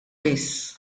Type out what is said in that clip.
biss